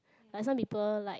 but some people like